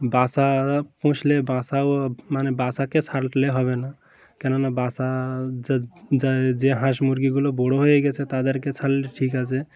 বাসা পুষলে বাসাও মানে বাসাকে ছটলে হবে না কেননা বাসা যা যে হাঁস মুরগিগুলো বড়ো হয়ে গেছে তাদেরকে ছাড়লে ঠিক আছে